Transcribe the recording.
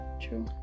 True